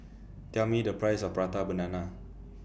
Tell Me The Price of Prata Banana